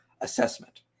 assessment